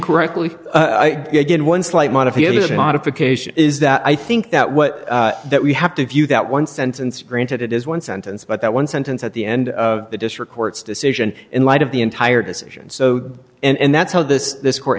correctly in one slight modification modification is that i think that what that we have to view that one sentence granted it is one sentence but that one sentence at the end of the district court's decision in light of the entire decision so and that's how this this court